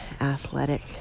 athletic